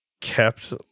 kept